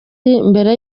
mbere